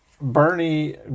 Bernie